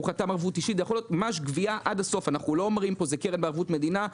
אנחנו לא אומרים: זה קרן בערבות המדינה.